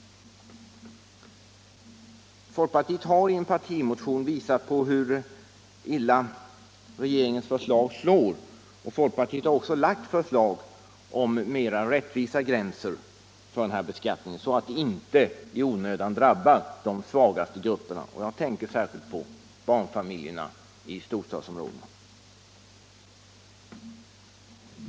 Folkpartiet har i en partimotion visat hur illa regeringens förslag slår och föreslagit mera rättvisa gränser för den här beskattningen så att den inte i onödan skall drabba de svagaste grupperna; jag tänker särskilt på barnfamiljerna i storstadsområdena.